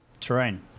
terrain